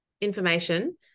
information